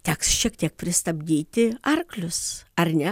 teks šiek tiek pristabdyti arklius ar ne